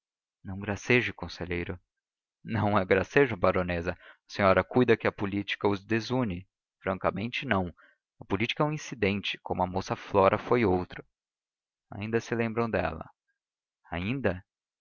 não graceje conselheiro não é gracejo baronesa a senhora cuida que a política os desune francamente não a política é um incidente como a moça flora foi outro ainda se lembram dela ainda